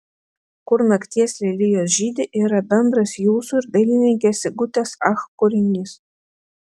kur nakties lelijos žydi yra bendras jūsų ir dailininkės sigutės ach kūrinys